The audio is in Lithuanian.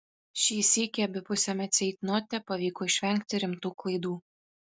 šį sykį abipusiame ceitnote pavyko išvengti rimtų klaidų